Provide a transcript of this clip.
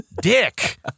Dick